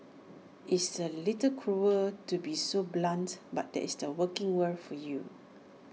it's A little cruel to be so blunts but that's the working world for you